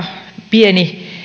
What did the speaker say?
pieni